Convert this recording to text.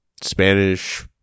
Spanish